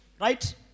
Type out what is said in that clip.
Right